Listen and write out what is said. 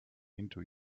into